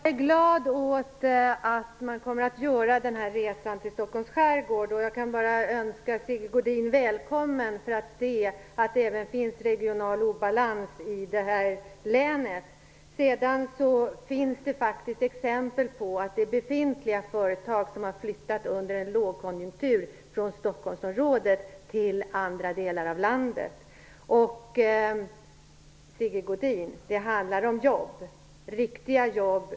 Fru talman! Jag är glad åt att man kommer att göra resan till Stockholms skärgård. Jag kan bara önska Sigge Godin välkommen för att se att det även finns regional obalans i det här länet. Det finns faktiskt exempel på att det är befintliga företag som under en lågkonjunktur har flyttat från Stockholmsområdet till andra delar av landet. Det handlar om jobb, Sigge Godin.